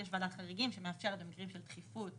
יש ועדת חריגים שמאפשרת במקרים של דחיפות,